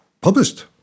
published